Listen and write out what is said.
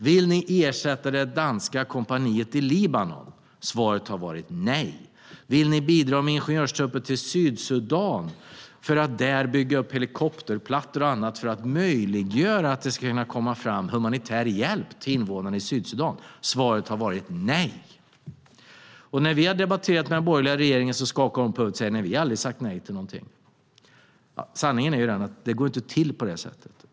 Vill vi ersätta det danska kompaniet i Libanon? Svaret har varit nej. Vill vi bidra med ingenjörstrupper till Sydsudan för att där bygga upp helikopterplattor och så vidare för att göra det möjligt för humanitär hjälp att nå invånarna i Sydsudan? Svaret har varit nej. När vi i oppositionen har debatterat med den borgerliga regeringen har de skakat på huvudet och sagt att de aldrig har sagt nej till någonting. Sanningen är den att det inte går till på det sättet.